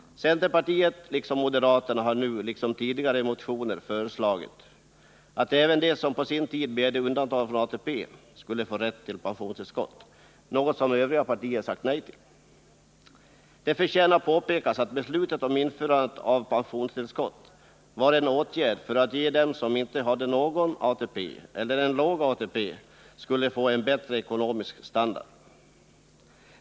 Centerpartister och moderater har nu, liksom tidigare, i motioner föreslagit att även de som på sin tid begärde undantagande från ATP skall få rätt till pensionstillskott, något som övriga partier sagt nej till. Det förtjänar påpekas att införandet av pensionstillskott var en åtgärd för att ge dem som inte hade någon ATP eller en låg ATP en bättre ekonomisk standard.